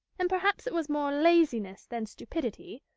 and perhaps it was more laziness than stupidity,